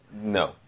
no